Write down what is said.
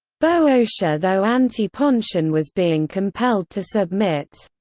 boeotia though anti-pontian was being compelled to submit.